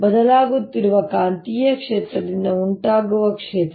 ಬದಲಾಗುತ್ತಿರುವ ಕಾಂತೀಯ ಕ್ಷೇತ್ರದಿಂದ ಉಂಟಾಗುವ ಕ್ಷೇತ್ರ